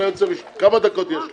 כמה דקות יש לי?